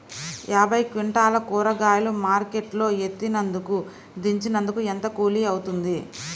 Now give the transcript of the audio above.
యాభై క్వింటాలు కూరగాయలు మార్కెట్ లో ఎత్తినందుకు, దించినందుకు ఏంత కూలి అవుతుంది?